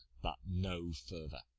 but no further.